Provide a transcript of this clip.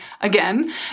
again